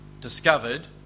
discovered